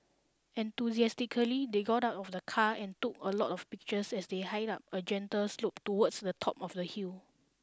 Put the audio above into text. enthusiastically they got out of the car and took a lot of pictures as they hiked up a gentle slope towards the top of the hill